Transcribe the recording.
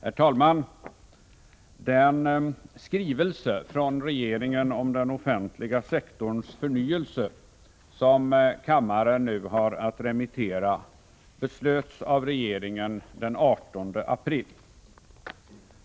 Herr talman! Den skrivelse från regeringen om den offentliga sektorns förnyelse som kammaren nu har att remittera beslöts av regeringen den 18 april.